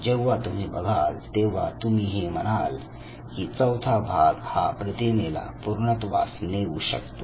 जेव्हा तुम्ही बघाल तेव्हा तुम्ही हे म्हणाल की चौथा भाग हा प्रतिमेला पूर्णत्वास नेऊ शकतो